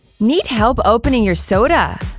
need help opening your soda?